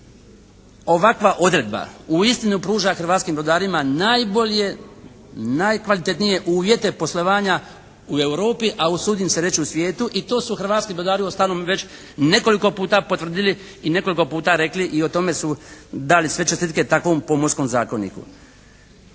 tome ovakva odredba uistinu pruža hrvatskim brodarima najbolje, najkvalitetnije uvjete poslovanja u Europi, a usudim se reći u svijetu i to su hrvatski brodari uostalom već nekoliko puta potvrdili i nekoliko puta rekli i o tome su dali sve čestitke takvom Pomorskom zakoniku.